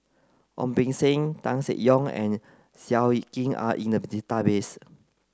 Ong Beng Seng Tan Seng Yong and Seow Yit Kin are in the database